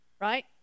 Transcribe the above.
right